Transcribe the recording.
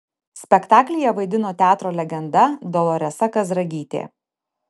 spektaklyje vaidino teatro legenda doloresa kazragytė